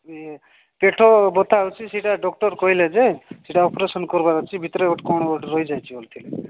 ଇଏ ପେଟ ବଥା ହଉଚି ସେଇଟା ଡକ୍ଟର୍ କହିଲେ ଯେ ସେଇଟା ଅପରେସନ୍ କରିବାର ଅଛି ଭିତରେ ଗୋଟେ କ'ଣ ଗୋଟେ ରହି ଯାଇଛି ବୋଲୁଥିଲେ